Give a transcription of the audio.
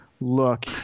look